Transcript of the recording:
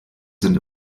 sind